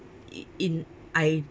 i~ in I